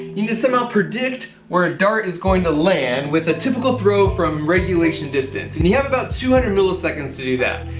you need to somehow predict where a dart is going to land, with a typical throw from regulation distance, and you have about two hundred milliseconds to do that.